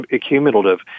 cumulative